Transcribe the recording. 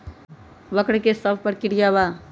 वक्र कि शव प्रकिया वा?